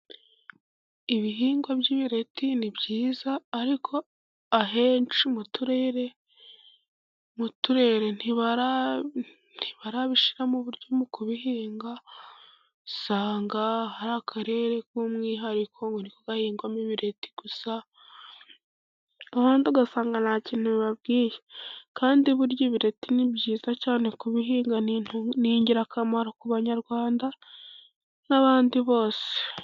Ibihingwa by'ibireti ni byiza, ariko ahenshi mu turere, mu turere ntibarabishimo. Uburyo mu kubihinga, usanga hari akarere k’umwihariko gahingwamo ibireti gusa, abandi ugasanga nta kintu bibabwiye. Kandi burya, ibireti ni byiza cyane. Kubihinga ni ingirakamaro ku Banyarwanda n’abandi bose.